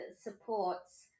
supports